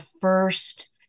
first